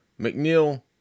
McNeil